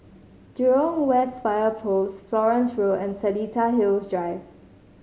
Jurong West Fire Post Florence Road and Seletar Hills Drive